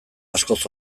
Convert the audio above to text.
askoz